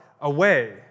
away